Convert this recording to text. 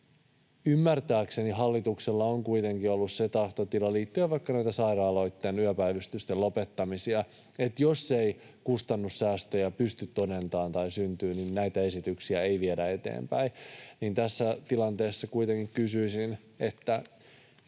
Ymmärtääkseni hallituksella on kuitenkin ollut se tahtotila, liittyen vaikka sairaaloitten yöpäivystysten lopettamisiin, että jos ei kustannussäästöjä pysty todentamaan tai syntymään, niin näitä esityksiä ei viedä eteenpäin. Tässä tilanteessa kysyisin: mistä